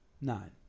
Nine